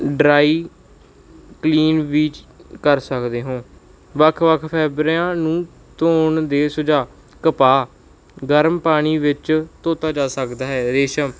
dry clean ਵੀ ਕਰ ਸਕਦੇ ਹੋ ਵੱਖ ਵੱਖ ਫੈਬਰਿਆਂ ਨੂੰ ਧੋਣ ਦੇ ਸੁਝਾਅ ਕਪਾਹ ਗਰਮ ਪਾਣੀ ਵਿੱਚ ਧੋਤਾ ਜਾ ਸਕਦਾ ਹੈ ਰੇਸ਼ਮ